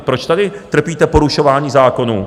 Proč tady trpíte porušování zákonů?